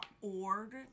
org